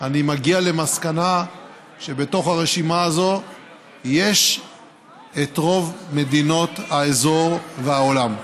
אני מגיע למסקנה שבתוך הרשימה הזאת יש את רוב מדינות האזור והעולם.